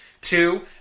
Two